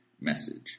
Message